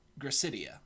Gracidia